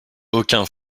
aucun